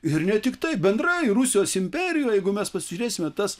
ir ne tiktai bendrai rusijos imperijoj jeigu mes pasižiūrėsime tas